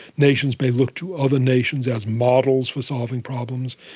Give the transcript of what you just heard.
nations may look to other nations as models for solving problems.